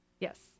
yes